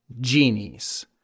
genies